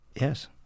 Yes